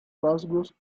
rasgos